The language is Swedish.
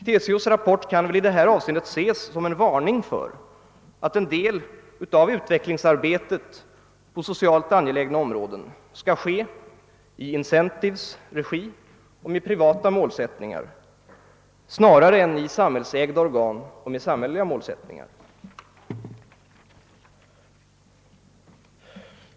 TCO:s rapport kan i detta avseende ses som en varning för att en del av utvecklingsarbetet på socialt angelägna områden skall ske i Incentives regi och med privata målsättningar snarare än i samhällsägda organ och med samhälleliga målsättningar.